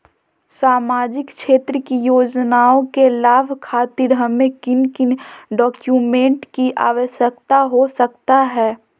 सामाजिक क्षेत्र की योजनाओं के लाभ खातिर हमें किन किन डॉक्यूमेंट की आवश्यकता हो सकता है?